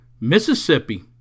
Mississippi